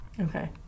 Okay